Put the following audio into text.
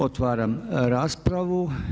Otvaram raspravu.